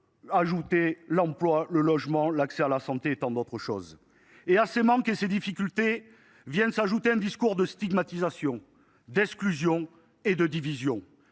pour l’emploi, le logement, l’accès à la santé et tant d’autres choses. À ces manques et à ces difficultés vient s’ajouter un discours de stigmatisation, d’exclusion et de division.